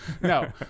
no